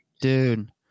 dude